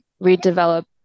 redevelop